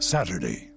Saturday